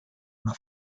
una